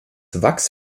wachs